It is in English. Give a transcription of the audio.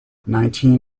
nineteen